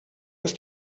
ist